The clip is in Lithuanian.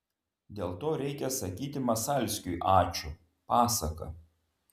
dėl to reikia sakyti masalskiui ačiū pasaka